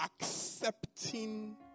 accepting